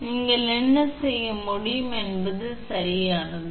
எனவே நீங்கள் என்ன செய்ய முடியும் என்பது சரியானது